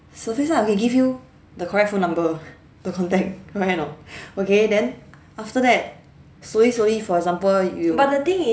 surface ah okay give you the correct phone number the contact right or not okay then after that slowly slowly for example you